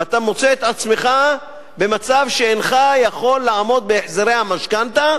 ואתה מוצא את עצמך במצב שאינך יכול לעמוד בהחזרי המשכנתה,